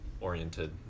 oriented